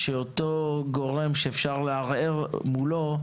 אותו גורם שאפשר לערער מולו,